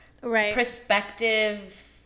perspective